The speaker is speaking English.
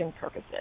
purposes